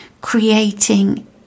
creating